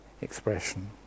expression